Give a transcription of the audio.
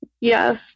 Yes